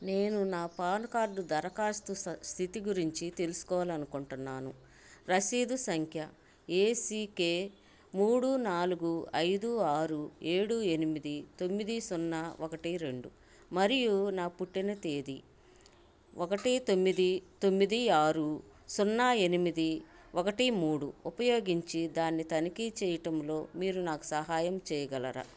నేను నా PAN card దరఖాస్తు స స్థితి గురించి తెలుసుకోవాలి అనుకుంటున్నాను రశీదు సంఖ్య ఏసీకే మూడు నాలుగు ఐదు ఆరు ఏడు ఎనిమిది తొమ్మిది సున్నా ఒకటి రెండు మరియు నా పుట్టిన తేది ఒకటి తొమ్మిది తొమ్మిది ఆరు సున్నా ఎనిమిది ఒకటి మూడు ఉపయోగించి దాన్ని తనిఖీ చేయటంలో మీరు నాకు సహాయం చేయగలరా